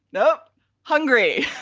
no hungary.